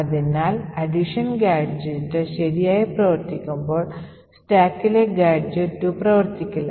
അതിനാൽ addition gadget ശരിയായി പ്രവർത്തിക്കുമ്പോൾ സ്റ്റാക്കിലെ gadget 2 പ്രവർത്തിക്കില്ല